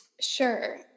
Sure